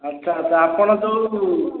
ଆଚ୍ଛା ଆଚ୍ଛା ଆପଣ ଯେଉଁ